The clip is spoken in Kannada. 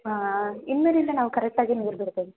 ಹಾಂ ಇನ್ನು ಮೇಲಿಂದ ನಾವು ಕರೆಕ್ಟಾಗೆ ನೀರು ಬಿಡ್ತೀವಿ